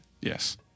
Yes